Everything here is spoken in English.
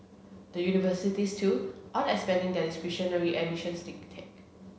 the universities too are expanding their discretionary admissions intake